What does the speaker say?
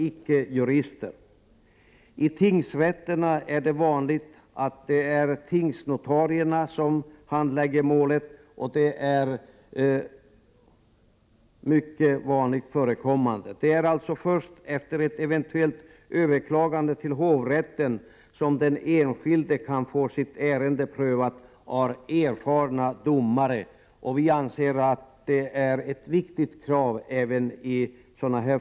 I tingsrätterna är det mycket vanligt att det är tingsnotarierna som handlägger målen. Det är alltså först efter ett eventuellt överklagande till hovrätten som den enskilde kan få sitt ärende prövat av erfarna domare, vilket vi anser vara ett viktigt krav i dessa sammanhang.